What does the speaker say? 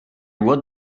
what